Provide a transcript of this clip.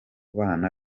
bana